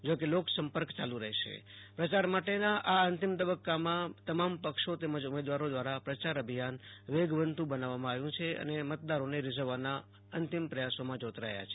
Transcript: જો કે લોક સંપર્ક ચાલુ રહેશે પ્રચાર મોટેના આ અંતિમ તબક્કમાં તમામ પક્ષો તેમજ ઉમેદવારો દ્વારા પ્રયાર અભિયાને વેગવેતું બનાવવામાં આવ્યું છે અને મતદારોને રીઝવવાના અંતિમ પ્રયાસોમાં જોતરાયા છે